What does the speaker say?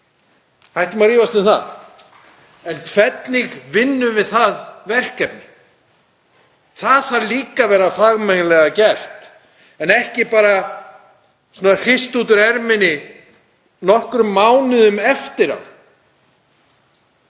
það, hættum að rífast um það. En hvernig vinnum við það verkefni? Það þarf líka að vera fagmannlega gert en ekki bara hrist út úr erminni nokkrum mánuðum eftir á.